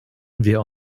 wie